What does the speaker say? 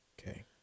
okay